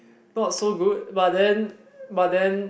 not so good but then but then